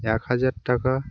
এক হাজার টাকা